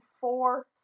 four